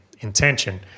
Intention